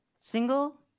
single